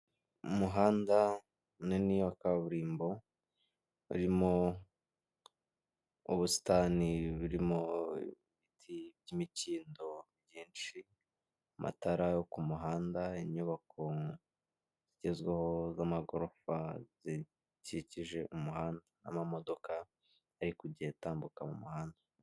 Umuhanda munini wa kaburimbo urimo ubusitani, burimo ibiti by'imikindo byinshi, amatara yo ku muhanda, inyubako zigezweho z'amagorofa zikikije umuhanda n'amamodoka ari gutambuka mu muhanda.